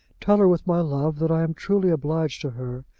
tell her with my love, that i am truly obliged to her,